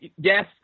yes